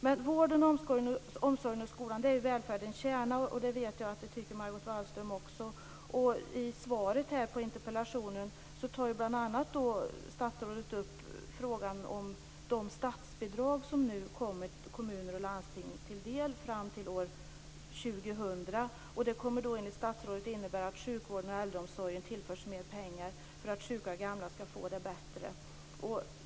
Men vården, omsorgen och skolan är välfärdens kärna, och det vet jag att Margot Wallström också tycker. I svaret på interpellationen tar statsrådet bl.a. upp de statsbidrag som nu kommer kommuner och landsting till del fram till år 2000. Det kommer enligt statsrådet att innebära att sjukvården och äldreomsorgen tillförs mer pengar så att sjuka och gamla skall få det bättre.